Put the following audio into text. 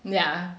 yeah